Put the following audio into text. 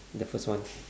the first one